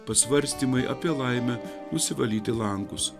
pasvarstymai apie laimę nusivalyti langus